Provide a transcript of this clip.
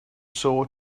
saw